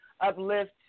uplift